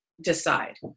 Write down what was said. decide